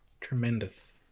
tremendous